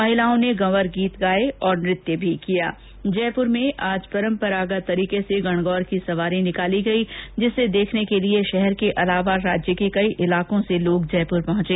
महिलाओ ने गंवर गीत गाए नृत्य किया जयपुर में आज परम्परागत तरीके से गणगौर की सवारी निकाली गई जिसे देखने के लिए शहर के अलावा राज्य के कई इलाकों से लोग जयपुर पहंचे